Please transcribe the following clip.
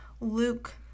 Luke